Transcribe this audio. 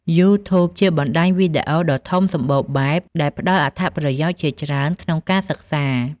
យូធូប ជាបណ្តាញវីដេអូដ៏ធំសម្បូរបែប ដែលផ្តល់អត្ថប្រយោជន៍ជាច្រើនក្នុងការសិក្សា។